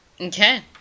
Okay